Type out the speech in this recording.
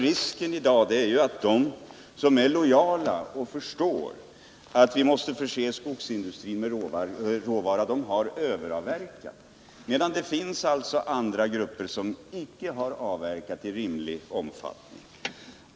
Risken i dag är att de som är lojala och förstår att de måste förse skogsindustrin med råvara har överavverkat, medan andra grupper icke har avverkat i rimlig omfattning.